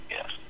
Yes